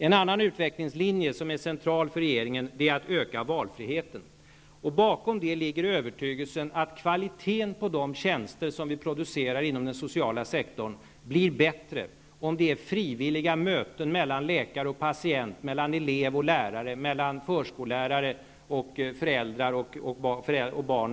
En annan utvecklingslinje som är central för regeringen är att öka valfriheten. Bakom detta ligger övertygelsen att kvaliteten på de tjänster vi producerar inom den sociala sektorn blir bättre om det är fråga om frivilliga möten mellan läkare och patient, mellan elev och lärare, mellan förskollärare och föräldrar och föräldrarnas barn.